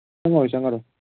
ꯆꯪꯉꯔꯣꯏ ꯆꯪꯉꯔꯣꯏ